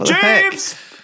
James